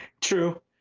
True